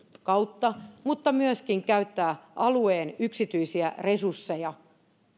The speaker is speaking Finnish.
kautta mutta myöskin käyttää alueen yksityisiä resursseja